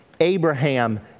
Abraham